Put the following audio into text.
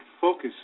focus